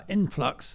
Influx